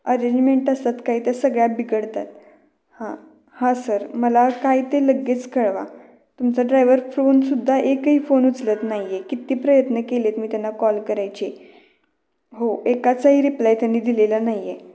arrangement असतात काही त्या सगळ्या बिघडतात हां हां सर मला काय ते लगेच कळवा तुमचा ड्राइवर फोनसुद्धा एकही फोन उचलत नाही आहे किती प्रयत्न केलेत मी त्यांना कॉल करायचे हो एकाचाही रिप्लाय त्यांनी दिलेला नाही आहे